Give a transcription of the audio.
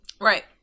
Right